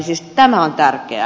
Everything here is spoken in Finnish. siis tämä on tärkeää